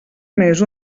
més